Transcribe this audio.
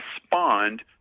respond